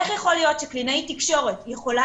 איך יכול להיות שקלינאית תקשורת יכולה